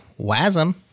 Wasm